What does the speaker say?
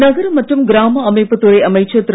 நகர மற்றும் கிராம அமைப்புத் துறை அமைச்சர் திரு